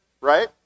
right